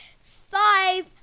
five